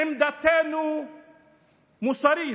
עמדתנו מוסרית,